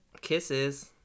kisses